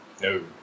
No